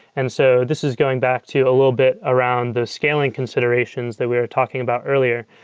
and so this is going back to a little bit around the scaling considerations that we are talking about earlier.